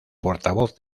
portavoz